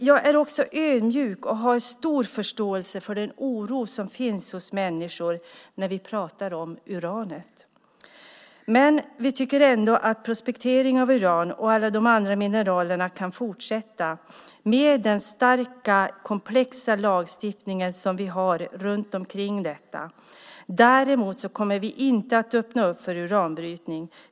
Jag är också ödmjuk och har stor förståelse för den oro som finns hos människor när vi pratar om uranet, men vi tycker ändå att prospekteringen av uran och de andra mineralerna kan fortsätta med den starka och komplexa lagstiftning runt detta som finns. Däremot kommer vi inte att öppna för uranbrytning.